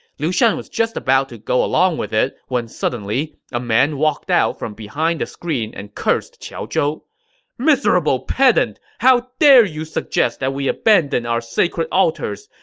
liu shan was just about to go along with it when suddenly, a man walked out from behind the screen and cursed qiao zhou miserable pedant! how dare you suggest we abandon our sacred altars!